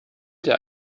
der